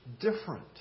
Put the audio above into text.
different